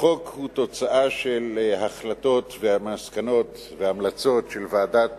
החוק הוא תוצאה של החלטות, מסקנות והמלצות של ועדת